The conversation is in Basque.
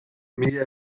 mila